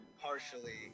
partially